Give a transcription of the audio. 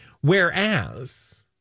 Whereas